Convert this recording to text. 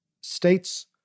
states